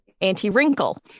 anti-wrinkle